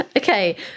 Okay